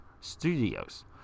studios